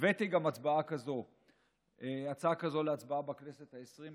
הבאתי גם הצעה כזאת להצבעה בכנסת העשרים.